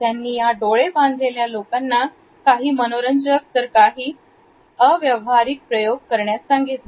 त्यांनी या डोळे बांधलेल्या लोकांना काही मनोरंजक तर काही अव्यवहारीक प्रयोग करण्यास सांगितले